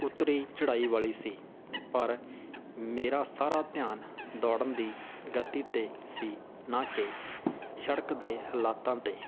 ਉੱਤਰੀ ਚੜ੍ਹਾਈ ਵਾਲੀ ਸੀ ਪਰ ਮੇਰਾ ਸਾਰਾ ਧਿਆਨ ਦੌੜਨ ਦੀ ਗਤੀ 'ਤੇ ਸੀ ਨਾ ਕਿ ਸੜਕ ਦੇ ਹਾਲਾਤਾਂ 'ਤੇ